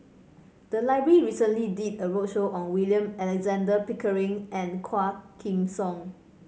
the library recently did a roadshow on William Alexander Pickering and Quah Kim Song